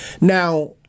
Now